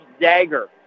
dagger